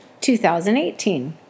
2018